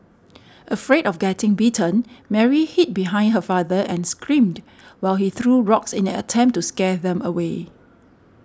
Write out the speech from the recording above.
afraid of getting bitten Mary hid behind her father and screamed while he threw rocks in an attempt to scare them away